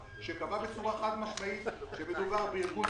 וקבעה בצורה חד משמעית שמדובר בארגון סמכותני,